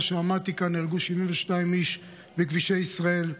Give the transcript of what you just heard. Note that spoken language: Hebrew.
מאז הפעם האחרונה שעמדתי כאן נהרגו 72 איש בכבישי ישראל,